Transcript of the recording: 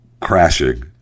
crashing